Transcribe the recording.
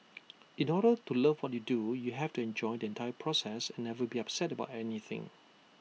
in order to love what you do you have to enjoy the entire process and never be upset about anything